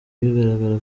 bigaragara